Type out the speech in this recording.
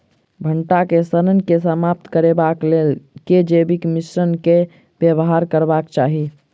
भंटा केँ सड़न केँ समाप्त करबाक लेल केँ जैविक मिश्रण केँ व्यवहार करबाक चाहि?